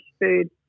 food